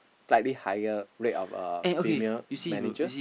slightly higher rate of uh female manager